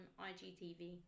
IGTV